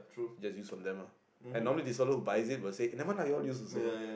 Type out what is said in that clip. just use from them ah and normally these fellow who buys it will say eh never mind lah you all use also